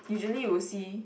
usually would see